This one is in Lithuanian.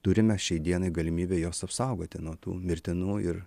turime šiai dienai galimybę juos apsaugoti nuo tų mirtinų ir